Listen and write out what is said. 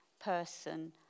person